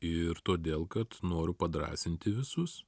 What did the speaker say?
ir todėl kad noriu padrąsinti visus